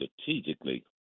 strategically